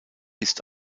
ist